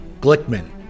Glickman